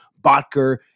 Botker